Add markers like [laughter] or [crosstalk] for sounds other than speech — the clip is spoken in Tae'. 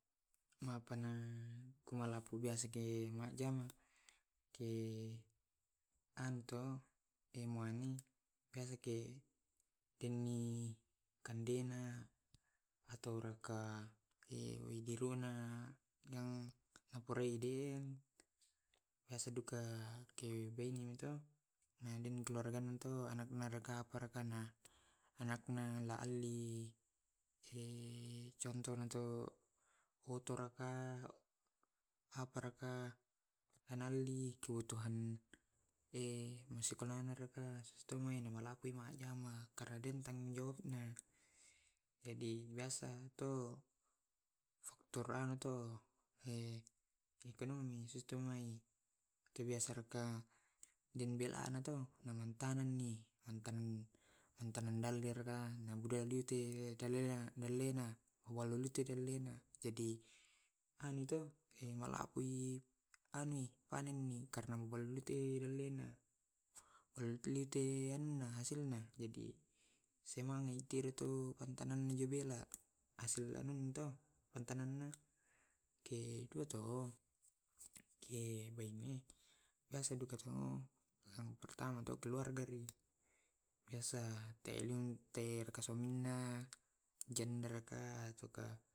Mapana kumalapu biasa ke majama ke anu to [unintelligible] biasa ke dengmi kandena, atau raka [hesitation] we beruna yang ngapurai di biasa duka [unintelligible] deng keluarganya to anakna raka na apa raka anakna la'ali [hesitation] contohna to oto raka, apa raka, henaldi kebutuhan [hesitation] [unintelligible] sepenahnya raka [unintelligible] karena deng tang tanggung jawabna jadi biasa to faktor anu to [hesitation] [unintelligible] ekonomi sistem nai [hesitation] atau biasa raka den belana to ama ta tangeni antangen, antangen dalreka [unintelligible] dallena, dallena haluluti dallena jadi anu to [hesitation] malapui [unintelligible] panenni karena [unintelligible] dallena [unintelligible] hasilna jadi simangai ikir tu ipantana ijobela hasil ano to pantang ana kie duo to kei baime biasa duka to yang pertama to keluar dari biasa taelung [unintelligible] suamina janda raka to ka.